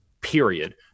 period